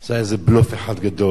זה היה איזה בלוף אחד גדול.